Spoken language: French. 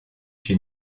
chez